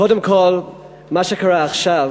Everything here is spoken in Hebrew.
קודם כול, מה שקרה עכשיו